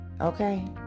Okay